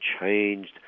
changed